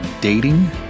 dating